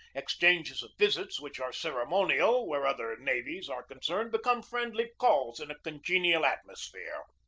exchanges of visits which are ceremonial where other navies are con cerned become friendly calls in a congenial atmos phere.